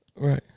Right